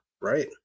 right